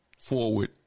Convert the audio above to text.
forward